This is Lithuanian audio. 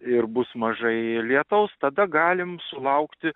ir bus mažai lietaus tada galim sulaukti